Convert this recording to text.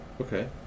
Okay